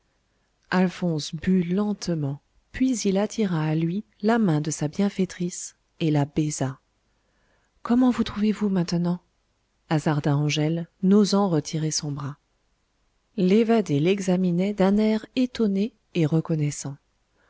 alphonse but lentement puis il attira à lui là main de sa bienfaitrice et la baisa comment vous trouvez-vous maintenant hasarda angèle n'osant retirer son bras l'évadé l'examinait d'un air étonné et reconnaissant